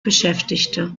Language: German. beschäftigte